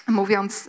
mówiąc